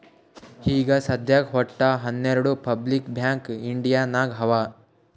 ಈಗ ಸದ್ಯಾಕ್ ವಟ್ಟ ಹನೆರ್ಡು ಪಬ್ಲಿಕ್ ಬ್ಯಾಂಕ್ ಇಂಡಿಯಾ ನಾಗ್ ಅವಾ